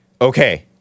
Okay